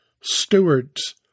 stewards